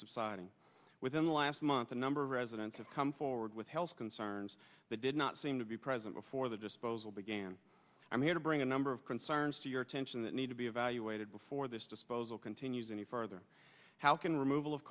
subsiding within the last month a number of residents have come forward with health concerns that did not seem to be present before the disposal began i'm here to bring a number of concerns to your attention that need to be evaluated before this disposal continues any further how can removal of